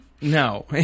No